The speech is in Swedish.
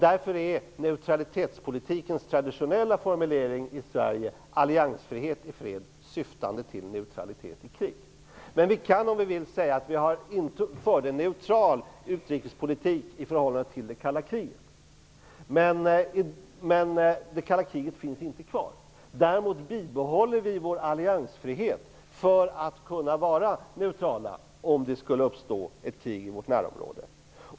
Därför är neutralitetspolitikens traditionella formulering i Sverige: alliansfrihet i fred, syftande till neutralitet i krig. Vi kan om vi vill säga att vi förde en neutral utrikespolitik i förhållande till det kalla kriget. Det kalla kriget är slut. Däremot bibehåller vi vår alliansfrihet för att kunna vara neutrala om det skulle uppstå ett krig i vårt närområde.